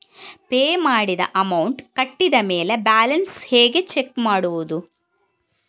Pay ಮಾಡಿದ amount ಕಟ್ಟಿದ ಮೇಲೆ ಬ್ಯಾಲೆನ್ಸ್ ಹೇಗೆ ಚೆಕ್ ಮಾಡುವುದು?